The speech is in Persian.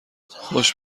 خوش